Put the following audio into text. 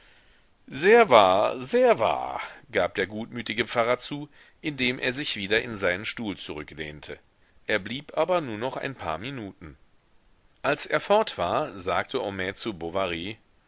sehr wahr sehr wahr gab der gutmütige pfarrer zu indem er sich wieder in seinen stuhl zurücklehnte er blieb aber nur noch ein paar minuten als er fort war sagte homais zu